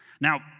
Now